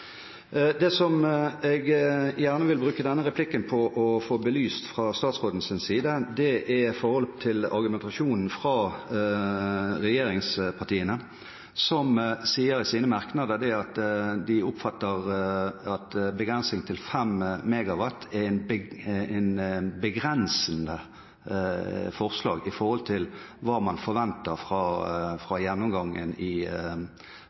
Det som jeg gjerne vil bruke denne replikken til å få belyst fra statsrådens side, er forholdet til argumentasjonen fra regjeringspartiene og Venstre, som sier i sine merknader at de oppfatter at begrensning til 5 MW er et begrensende forslag i forhold til hva man forventer fra gjennomgangen fra regjeringens side, og hva som skal bli lagt fram i